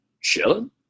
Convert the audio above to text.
chilling